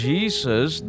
Jesus